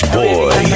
boy